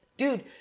Dude